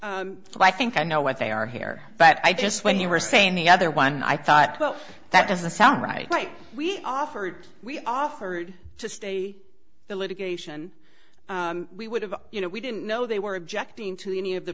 are so i think i know what they are here but i just when you were saying the other one i thought that doesn't sound right like we offered we offered to stay the litigation we would have you know we didn't know they were objecting to any of the